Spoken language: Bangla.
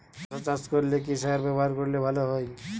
শশা চাষ করলে কি সার ব্যবহার করলে ভালো হয়?